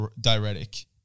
diuretic